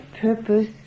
purpose